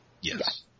Yes